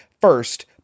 first